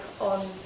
on